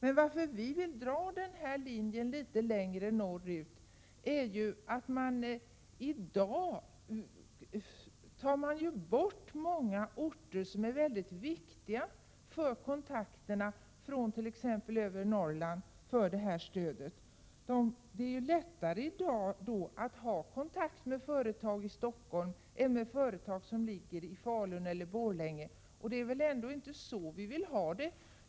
Vi vill dra gränslinjen för persontransportstödet litet längre norrut därför att man i dag undantar från detta stöd många orter som är viktiga för kontakterna från t.ex. övre Norrland. Det är i dag lättare att ha kontakt med företag i Stockholm än med företag som ligger i Falun eller i Borlänge. Det är väl inte så vi vill ha det.